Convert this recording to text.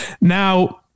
Now